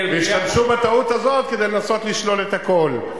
--- השתמשו בטעות הזאת כדי לנסות לשלול את הכול.